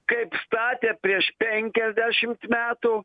kaip statė prieš penkiasdešimt metų